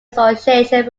association